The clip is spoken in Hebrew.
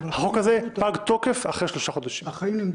החוק הזה פג תוקף אחרי שלושה חודשים.